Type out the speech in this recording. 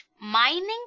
mining